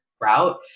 route